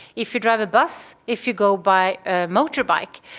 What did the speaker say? if you drive a bus, if you go by ah motorbike.